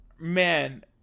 man